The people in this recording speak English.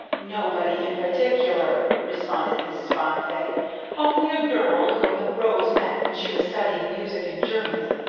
nobody in particular, responded mrs. bonnifay only a girl whom rose met when she was studying music in germany.